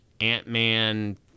Ant-Man